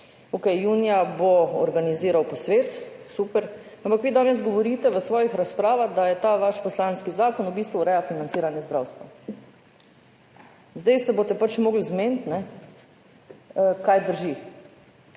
Okej, junija bo organiziral posvet, super. Ampak vi danes govorite v svojih razpravah, da ta vaš poslanski zakon v bistvu ureja financiranje zdravstva. Zdaj se boste pač morali zmeniti, kaj drži.